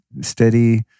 steady